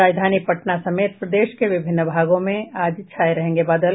और राजधानी पटना समेत प्रदेश के विभिन्न भागों में आज छाये रहेंगे बादल